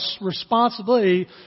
responsibility